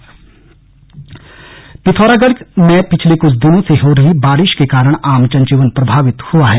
जनजीवन प्रभावित पिथौरागढ़ में पिछले कुछ दिनों से हो रही बारिश के कारण आम जन जीवन प्रभावित हुआ है